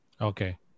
Okay